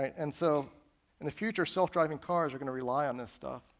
and so in the future, self driving cars are going to rely on this stuff,